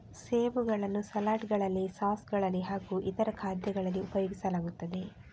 ಸೇಬುಗಳನ್ನು ಸಲಾಡ್ ಗಳಲ್ಲಿ ಸಾಸ್ ಗಳಲ್ಲಿ ಹಾಗೂ ಇತರ ಖಾದ್ಯಗಳಲ್ಲಿ ಉಪಯೋಗಿಸಲಾಗುತ್ತದೆ